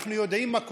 ואנחנו יודעים מה קורה.